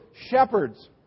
Shepherds